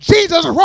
Jesus